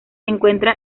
encuentra